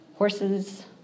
Horses